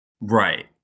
Right